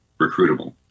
recruitable